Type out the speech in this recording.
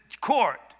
court